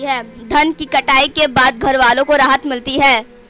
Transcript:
धान की कटाई के बाद घरवालों को राहत मिलती है